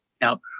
now